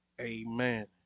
Amen